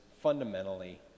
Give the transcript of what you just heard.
fundamentally